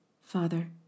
Father